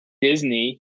Disney